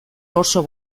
oso